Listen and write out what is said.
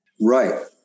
Right